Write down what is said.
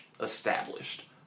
established